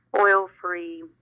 oil-free